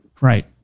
right